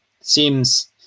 seems